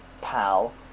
pal